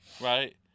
right